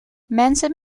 mensen